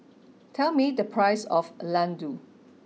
tell me the price of Laddu